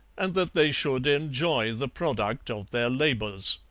and that they should enjoy the product of their labours.